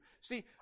See